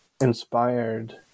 inspired